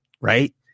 right